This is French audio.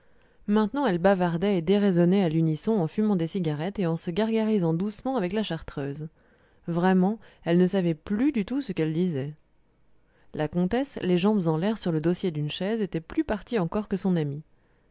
maintenant elles bavardaient et déraisonnaient à l'unisson en fumant des cigarettes et en se gargarisant doucement avec la chartreuse vraiment elles ne savaient plus du tout ce qu'elles disaient la comtesse les jambes en l'air sur le dossier d'une chaise était plus partie encore que son amie